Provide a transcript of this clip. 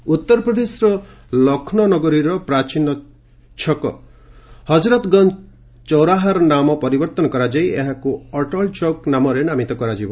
ହଜରତଗଞ୍ ଉତ୍ତରପ୍ରଦେଶର ଲକ୍ଷ୍ରୌ ନଗରିର ପ୍ରାଚୀନ ଛକ ହଜରତଗଞ୍ଜ ଚୌରାହାର ନାମ ପରିବର୍ତ୍ତନ କରାଯାଇ ଏହାକୁ ଅଟଳଚୌକ୍ ନାମରେ ନାମିତ କରାଯିବ